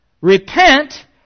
Repent